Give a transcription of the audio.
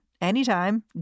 anytime